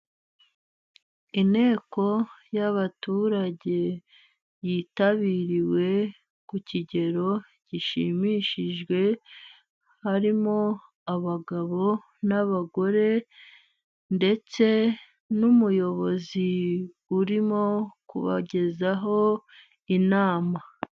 Inteko y'abaturage yitabiriwe ku kigero gishimishije, harimo abagabo n'abagore ,ndetse n'umuyobozi urimo kubagezaho inama.